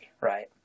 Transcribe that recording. right